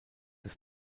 des